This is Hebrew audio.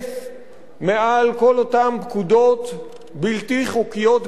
מעל כל אותן פקודות בלתי חוקיות בעליל,